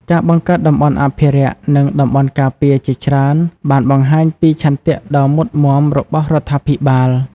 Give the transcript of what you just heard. ការបង្កើតតំបន់អភិរក្ស និងតំបន់ការពារជាច្រើនបានបង្ហាញពីឆន្ទៈដ៏មុតមាំរបស់រដ្ឋាភិបាល។